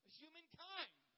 humankind